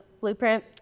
blueprint